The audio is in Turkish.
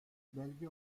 belge